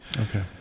okay